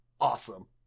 Awesome